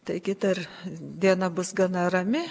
taigi ta diena bus gana rami